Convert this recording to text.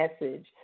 message